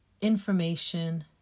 information